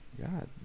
God